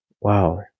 wow